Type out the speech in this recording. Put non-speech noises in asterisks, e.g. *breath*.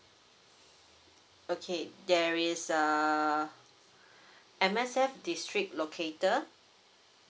okay there is err *breath* M_S_F district locater